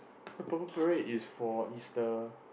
purple parade is for is the